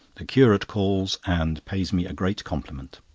the curate calls and pays me a great compliment.